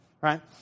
right